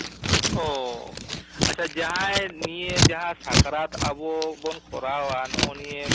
ᱚᱻ ᱟᱪᱪᱷᱟ ᱡᱟᱦᱟᱸ ᱱᱤᱭᱟᱹ ᱥᱟᱠᱨᱟᱛ ᱟᱵᱚ ᱵᱚᱱ ᱠᱚᱨᱟᱣᱟ ᱱᱚᱜᱼᱚ ᱱᱤᱭᱟᱹ